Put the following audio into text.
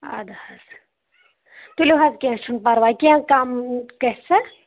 اَدٕ حظ تُلِو حظ کینہہ چھُنہٕ پرواے کینہہ کم گَژھِ سا